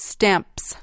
Stamps